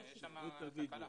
יש שם תקלה.